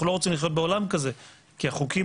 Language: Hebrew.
אנחנו לא רוצים לחיות בעולם כזה כי החוקים